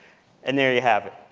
and there you have it.